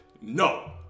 no